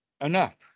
enough